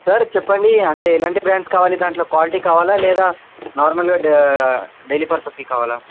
sir చెప్పండి అంటే ఎలాంటి బ్రాండ్స్ కావాలి దాంట్లో క్వాలిటీ కావాలా లేదా నార్మల్గా డా డైలీ పర్పస్కి కావాలా